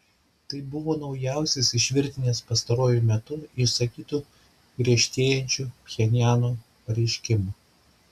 tai buvo naujausias iš virtinės pastaruoju metu išsakytų griežtėjančių pchenjano pareiškimų